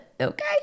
Okay